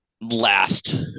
last